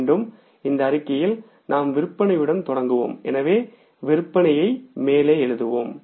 மீண்டும் இந்த அறிக்கையில் நாம் விற்பனையுடன் தொடங்குவோம் எனவே விற்பனையே மேலே எழுதுவோம்